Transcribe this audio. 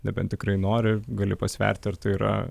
nebent tikrai nori gali pasverti ar tai yra